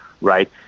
right